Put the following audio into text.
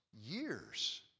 years